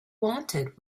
wanted